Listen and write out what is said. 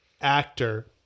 actor